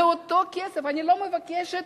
זה אותו כסף, אני לא מבקשת